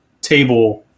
table